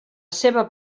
seva